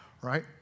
Right